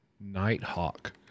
Nighthawk